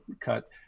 cut